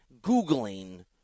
Googling